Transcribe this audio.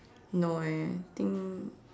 no eh I think